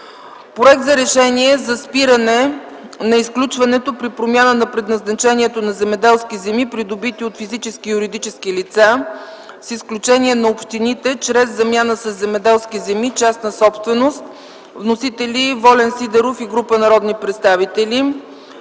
Проект за решение за спиране на изключването при промяна на предназначението на земеделски земи, придобити от физически и юридически лица, с изключение на общините, чрез замяна със земеделски земи – частна собственост. (Вносители: Волен Сидеров и група народни представители.)